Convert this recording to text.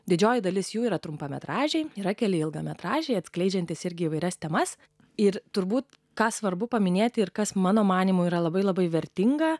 didžioji dalis jų yra trumpametražiai yra keli ilgametražiai atskleidžiantys irgi įvairias temas ir turbūt ką svarbu paminėti ir kas mano manymu yra labai labai vertinga